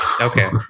Okay